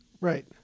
Right